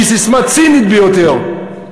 היא ססמה צינית ביותר,